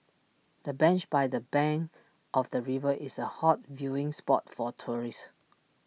the bench by the bank of the river is A hot viewing spot for tourists